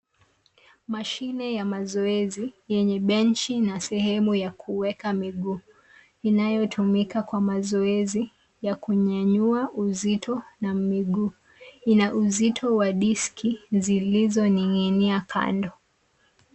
Mashine ya mazoezi yenye bench na sehemu ya kuweka miguu. Inayotumika kwa mazoezi ya kunyanyua uzito na miguu. Ina uzito wa disc zilizoninginia kando.